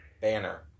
banner